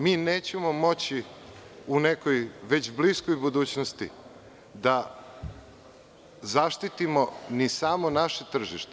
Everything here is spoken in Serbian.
Mi nećemo moći u nekoj već bliskoj budućnosti da zaštitimo ni samo naše tržište.